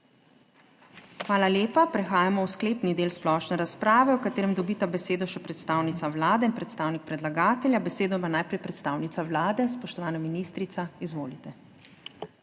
Hvala lepa. Prehajamo v sklepni del splošne razprave, v katerem dobita besedo še predstavnica Vlade in predstavnik predlagatelja. Besedo ima najprej predstavnica Vlade. Spoštovana ministrica, izvolite.